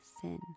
sin